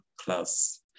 class